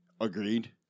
Agreed